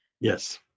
Yes